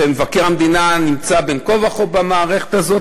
ומבקר המדינה נמצא בין כה וכה במערכת הזאת.